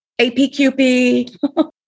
APQP